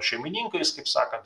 šeimininkais kaip sakant